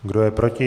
Kdo je proti?